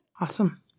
Awesome